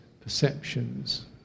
perceptions